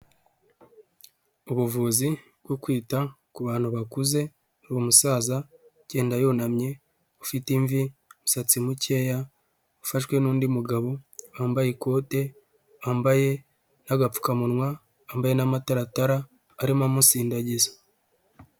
Ubuvuzi bwo kwita ku bantu bakuze, uwo musaza agenda yunamye, ufite imvi, umusatsi mukeya, ufashwe n'undi mugabo wambaye ikote, wambaye n'agapfukamunwa, wambaye n'amataratara arimo amusindagiza.